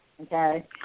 Okay